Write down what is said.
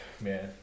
man